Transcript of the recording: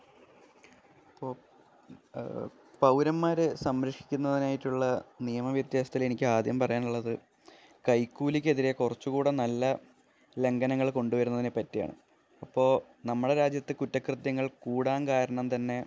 ഇപ്പോള് പൗരന്മാരെ സംരക്ഷിക്കുന്നതിനായിട്ടുള്ള നിയമവ്യത്യാസത്തിലെനിക്കാദ്യം പറയാനുള്ളത് കൈക്കൂലിക്കെതിരെ കുറച്ചുകൂടെ നല്ല ലംഘനങ്ങൾ കൊണ്ടു വരുന്നതിനെ പറ്റിയാണ് ഇപ്പോള് നമ്മുടെ രാജ്യത്ത് കുറ്റകൃത്യങ്ങൾ കൂടാന് കാരണം തന്നെ